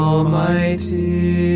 Almighty